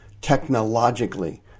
technologically